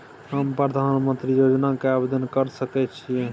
हम प्रधानमंत्री योजना के आवेदन कर सके छीये?